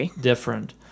different